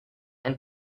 and